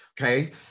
Okay